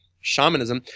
shamanism